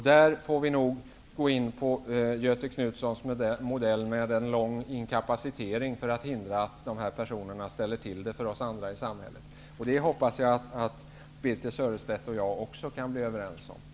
Där får vi gå in på Göthe Knutsons modell med en lång inkapacitering för att hindra att dessa personer ställer till det för oss andra i samhället. Jag hoppas att Birthe Sörestedt och jag kan vara överens i den frågan.